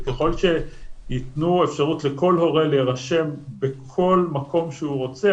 וככל שיתנו אפשרות לכל הורה להירשם בכל מקום שהוא רוצה,